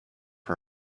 her